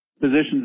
positions